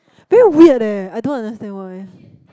very weird leh I don't understand why